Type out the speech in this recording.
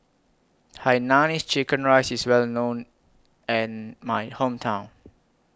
Hainanese Chicken Rice IS Well known in My Hometown